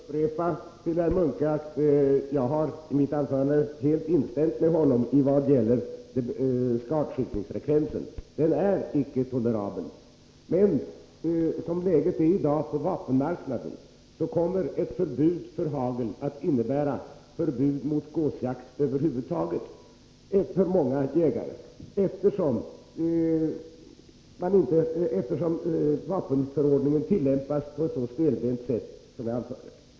Herr talman! Jag vill säga till herr Munke att jag i mitt anförande har framhållit, precis som herr Munke, att skadskjutningsfrekvensen inte är tolerabel. Men som läget är i dag på vapenmarknaden kommer ett förbud mot hagel att för många jägare innebära förbud mot gåsjakt över huvud taget, eftersom vapenförordningen tillämpas på det stelbenta sätt som jag beskrev.